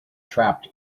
trapped